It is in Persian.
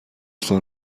سال